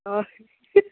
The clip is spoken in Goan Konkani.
हय